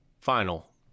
final